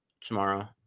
Tomorrow